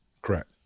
correct